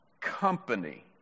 company